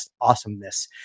Awesomeness